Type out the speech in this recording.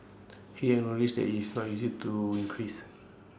he acknowledged that it's not easy to increase